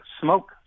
smoke